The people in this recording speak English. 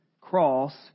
cross